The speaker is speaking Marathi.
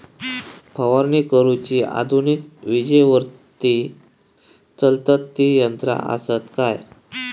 फवारणी करुची आधुनिक विजेवरती चलतत ती यंत्रा आसत काय?